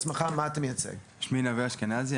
שמי נווה אשכנזי,